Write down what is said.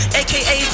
aka